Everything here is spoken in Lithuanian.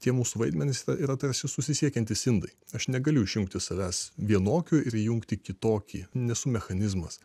tie mūsų vaidmenys yra tarsi susisiekiantys indai aš negaliu išjungti savęs vienokiu ir įjungti kitokį nesu mechanizmas